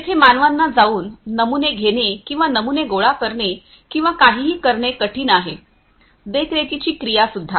जेथे मानवांना जाऊन नमुने घेणे किंवा नमुने गोळा करणे किंवा काहीही करणे कठीण आहे देखरेखीची क्रिया सुद्धा